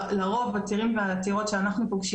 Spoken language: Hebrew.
לרוב הצעירים והצעירות שאנחנו פוגשים